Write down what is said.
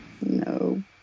No